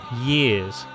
years